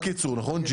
רק ייצור, נכון?